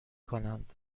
کنند